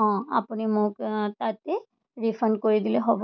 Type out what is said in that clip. অঁ আপুনি মোক তাতে ৰিফাণ্ড কৰি দিলে হ'ব